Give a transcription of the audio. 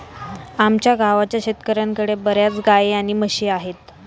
आमच्या गावाच्या शेतकऱ्यांकडे बर्याच गाई आणि म्हशी आहेत